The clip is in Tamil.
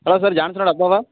ஹலோ சார் ஜான்சனோட அப்பாவா